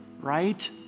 right